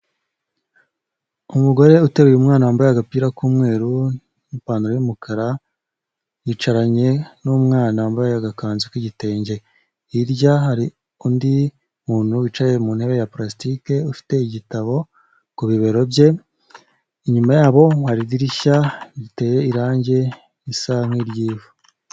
Umugore uteruye umwana wambaye agapira k'umweru n'ipantaro y'umukara yicaranye n'umwana wambaye agakanzu k'igitenge, hirya hari undi muntu wicaye mu ntebe ya plastic ufite igitabo ku bibero bye, inyuma yabo hari idirishya riteye irangi risa nk'iry'ivu.